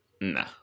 No